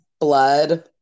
blood